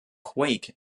quake